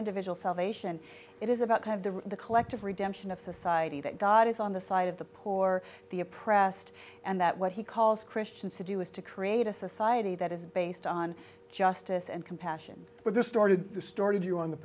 individual salvation it is about kind of the the collective redemption of society that god is on the side of the poor the oppressed and that what he calls christians to do is to create a society that is based on justice and compassion were distorted distorted view on the